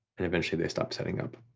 and eventually they stop setting up.